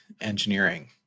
engineering